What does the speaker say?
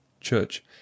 CHURCH